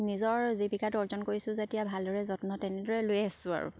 নিজৰ জীৱিকাটো অৰ্জন কৰিছোঁ যেতিয়া ভালদৰে যত্ন তেনেদৰে লৈ আছোঁ আৰু